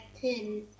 pin